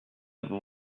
vos